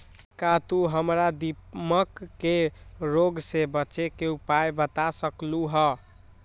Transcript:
का तू हमरा दीमक के रोग से बचे के उपाय बता सकलु ह?